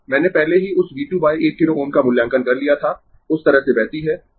मैंने पहले ही उस V 21 किलो Ω का मूल्यांकन कर लिया था उस तरह से बहती है